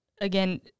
again